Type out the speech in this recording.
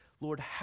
Lord